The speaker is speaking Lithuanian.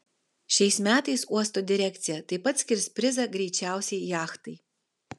šiais metais uosto direkcija taip pat skirs prizą greičiausiai jachtai